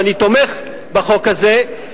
ואני תומך בחוק הזה,